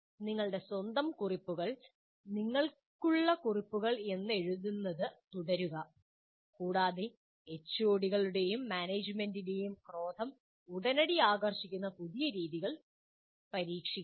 നിങ്ങളുടെ സ്വന്തം കുറിപ്പുകൾ നിങ്ങൾക്കുള്ള കുറിപ്പുകൾ എഴുതുന്നത് തുടരുക കൂടാതെ HOD കളുടേയും മാനേജ്മെന്റിന്റേയും ക്രോധം ഉടനടി ആകർഷിക്കുന്ന പുതിയ രീതികൾ പരീക്ഷിക്കുക